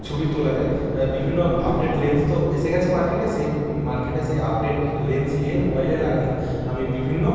ছবি তোলা যায় বিভিন্ন আপডেট লেন্স তো এসে গেছে মার্কেটে সেই মার্কেটে সেই আপডেট লেন্স লিয়ে মোবাইলে লাগিয়ে আমি বিভিন্ন